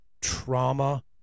trauma